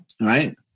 right